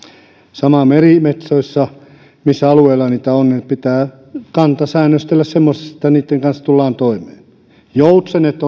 sama merimetsoissa sillä alueella missä niitä on pitää kanta säännöstellä semmoiseksi että niitten kanssa tullaan toimeen joutsenet